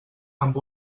amb